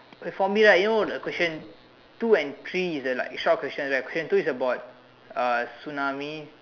from here right you know the question two and three is the like short questions right question two is about uh tsunami